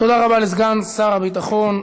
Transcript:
תודה רבה לסגן שר הביטחון,